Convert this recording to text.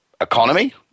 economy